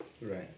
Right